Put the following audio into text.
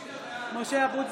(קוראת בשמות חברי הכנסת) משה אבוטבול,